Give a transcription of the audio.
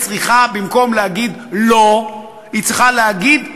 במקום להגיד לא היא צריכה להגיד כן,